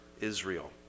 Israel